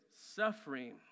suffering